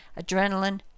adrenaline